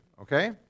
Okay